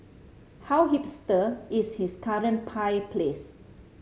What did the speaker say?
how hipster is his current pie place